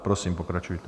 Prosím, pokračujte.